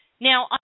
Now